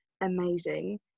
amazing